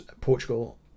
portugal